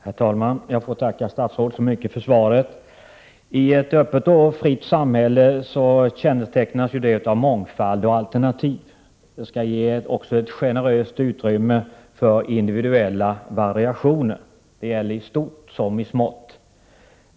Herr talman! Jag ber att få tacka statsrådet så mycket för svaret. Ett öppet och fritt samhälle kännetecknas av mångfald och alternativ och ett generöst utrymme för individuella variationer i stort som i smått.